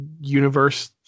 universe